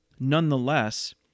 Nonetheless